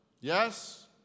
Yes